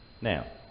Now